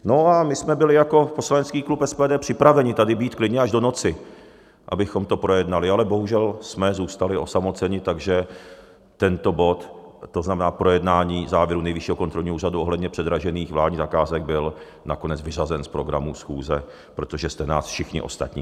No a my jsme byli jako poslanecký klub SPD připraveni tady být klidně až do noci, abychom to projednali, ale bohužel jsme zůstali osamoceni, takže tento bod, to znamená projednání závěrů Nejvyššího kontrolního úřadu ohledně předražených vládních zakázek, byl nakonec vyřazen z programu schůze, protože jste nás všichni ostatní přehlasovali.